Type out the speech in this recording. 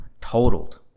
totaled